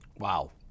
Wow